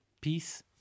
peace